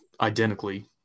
identically